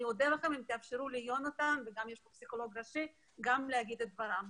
אני אודה לכם אם תאפשרו ליונתן וגם לפסיכולוג הראשי גם להגיד את דברם.